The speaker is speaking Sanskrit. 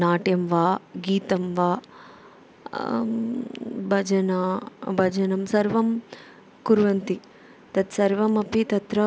नाट्यं वा गीतं वा भजना भजनं सर्वं कुर्वन्ति तत्सर्वमपि तत्र